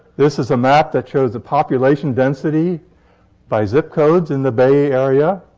this is a map that shows the population density by zip codes in the bay area.